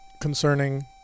concerning